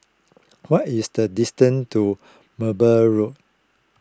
what is the distance to Merbau Road